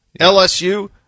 LSU